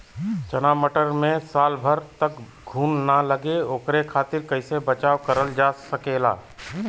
चना मटर मे साल भर तक घून ना लगे ओकरे खातीर कइसे बचाव करल जा सकेला?